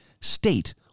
state